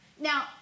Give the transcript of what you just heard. Now